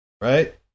Right